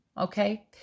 Okay